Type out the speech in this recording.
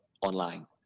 online